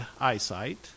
eyesight